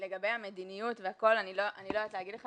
לגבי המדיניות אני לא יכולה להגיד לך,